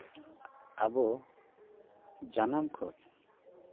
ᱟᱵᱚ ᱡᱟᱱᱟᱢ ᱠᱷᱚᱱ